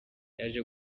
yaje